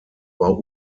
war